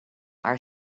our